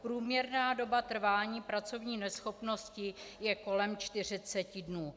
Průměrná doba trvání pracovní neschopnosti je kolem čtyřiceti dnů.